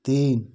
तीन